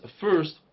first